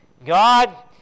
God